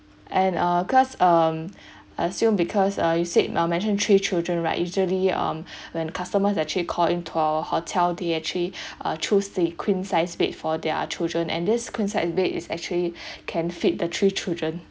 and uh cause um I assume because ah you said you mentioned three children right usually um when customers actually call into our hotel they actually uh choose the queen size bed for their children and this queen size bed is actually can fit the three children